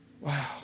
Wow